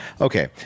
Okay